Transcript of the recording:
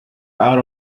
out